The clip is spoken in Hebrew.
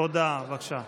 הודעה, בבקשה.